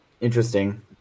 interesting